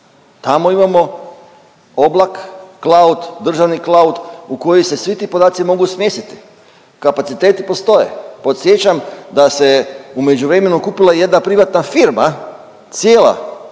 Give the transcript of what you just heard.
tamo imamo oblak, cloud, državni cloud u koji se svi ti podaci mogu smjestiti. Kapaciteti postoje. Podsjećam da se u međuvremenu kupila i jedna privatna firma, cijela